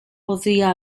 podía